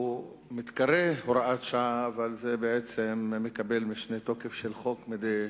שמתקרא הוראת שעה אבל בעצם מקבל משנה תוקף של חוק מדי